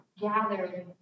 gathered